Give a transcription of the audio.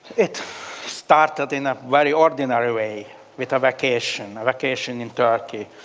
it started in a very ordinary way with a vacation, a vacation in turkey.